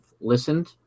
listened